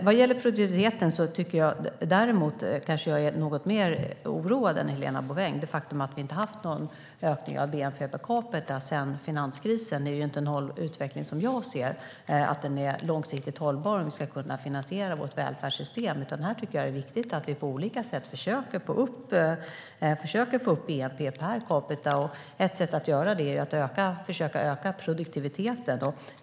Vad gäller produktiviteten är jag kanske något mer oroad än Helena Bouveng. Det är ett faktum att vi inte har haft någon ökning av bnp per capita sedan finanskrisen, och det är inte en utveckling som jag anser är långsiktigt hållbar om vi ska kunna finansiera vårt välfärdssystem. Jag tycker att det är viktigt att vi på olika sätt försöker få upp bnp per capita. Ett sätt att göra detta är att öka produktiviteten.